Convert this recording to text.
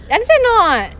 understand or not